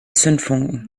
zündfunken